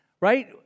Right